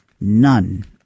none